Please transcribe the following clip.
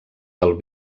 del